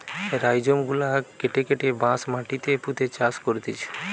rhizome গুলা কেটে কেটে বাঁশ মাটিতে পুঁতে চাষ করতিছে